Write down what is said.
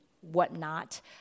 whatnot